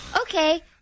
Okay